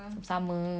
sama-sama